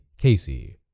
Casey